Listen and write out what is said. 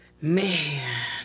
Man